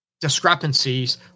discrepancies